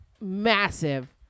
massive